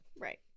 right